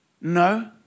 No